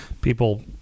people